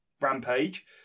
Rampage